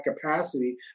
capacity